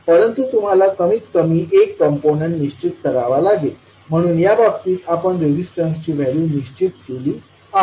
परंतु तुम्हाला कमीतकमी एक कंपोनेंट निश्चित करावा लागेल म्हणून या बाबतीत आपण रेजिस्टन्सची व्हॅल्यू निश्चित केली आहे